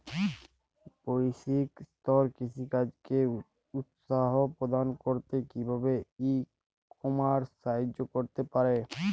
বৈষয়িক স্তরে কৃষিকাজকে উৎসাহ প্রদান করতে কিভাবে ই কমার্স সাহায্য করতে পারে?